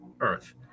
earth